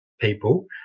people